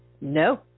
no